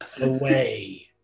away